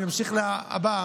אני אמשיך לבא.